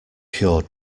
pure